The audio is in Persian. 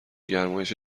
گرمایش